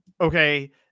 okay